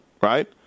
right